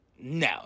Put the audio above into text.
no